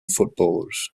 footballers